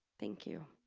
thank you